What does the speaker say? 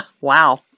Wow